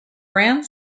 brand